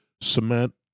cement